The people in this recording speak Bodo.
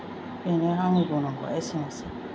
बेनो आंनि बुंनांगौआ एसेनोसै